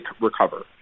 recover